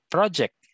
Project